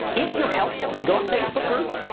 if you're helpful, if you go on facebook groups,